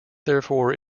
therefore